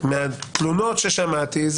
שחלק מהתלונות ששמעתי,